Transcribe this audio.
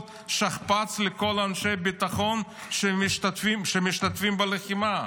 שכפ"ץ לכל אנשי הביטחון שמשתתפים בלחימה.